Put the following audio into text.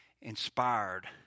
inspired